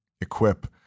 equip